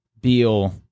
Beal